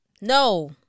No